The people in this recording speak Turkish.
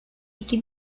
iki